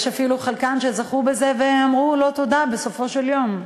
אפילו חלקן שזכו בזה אמרו לא תודה, בסופו של יום.